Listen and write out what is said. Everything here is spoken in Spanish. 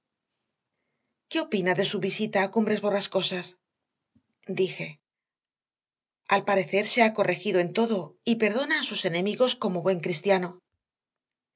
qué opina de su visita a cumbres borrascosas dije al parecer se ha corregido en todo y perdona a sus enemigos como buen cristiano